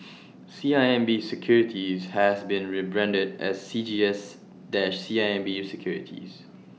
C I M B securities has been rebranded as C G S dot C I M B securities